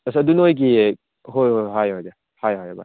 ꯑꯁ ꯑꯗꯨ ꯅꯣꯏꯒꯤ ꯍꯣꯏ ꯍꯣꯏ ꯍꯥꯏꯌꯨ ꯍꯥꯏꯌꯨ ꯍꯥꯏꯌꯨ ꯚꯥꯏ